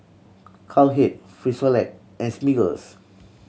Cowhead Frisolac and Smiggles